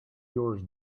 yours